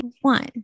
one